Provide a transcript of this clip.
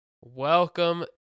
Welcome